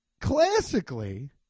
Classically